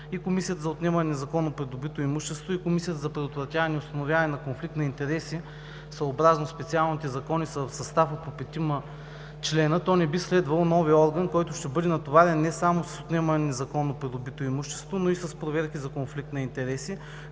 и Комисията за отнемане на незаконно придобито имущество, и Комисията за предотвратяване и установяване на конфликт на интереси, съобразно специалните закони, са в състав от петима членове, то не би следвало новият орган, който ще бъде натоварен не само с отнемане на незаконно придобито имущество, но и с проверки за конфликт на интереси,